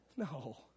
No